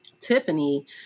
Tiffany